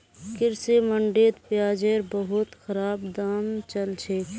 कृषि मंडीत प्याजेर बहुत खराब दाम चल छेक